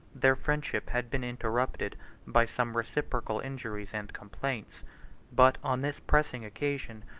their friendship had been interrupted by some reciprocal injuries and complaints but, on this pressing occasion,